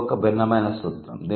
ఇది ఒక భిన్నమైన సూత్రం